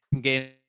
game